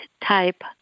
type